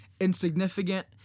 insignificant